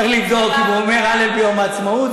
צריך לבדוק אם הוא אומר הלל ביום העצמאות.